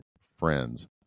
friends